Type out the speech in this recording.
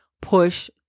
push